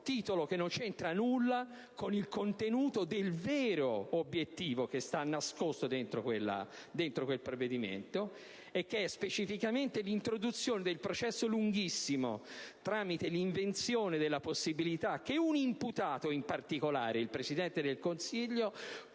titolo non c'entra nulla con il vero obiettivo nascosto all'interno di quel provvedimento, che è specificamente l'introduzione del processo lunghissimo tramite l'invenzione della possibilità che un imputato - in particolare il Presidente del Consiglio